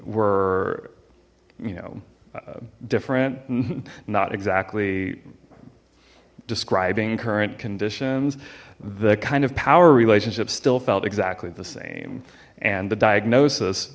were you know different mm hmm not exactly describing current conditions the kind of power relationships still felt exactly the same and the diagnosis